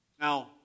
Now